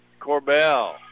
Corbell